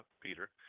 Peter